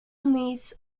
meets